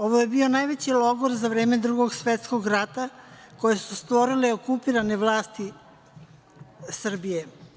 Ovo je bio najveći logor za vreme Drugog svetskog rata koji su stvorile okupirane vlasti Srbije.